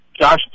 Josh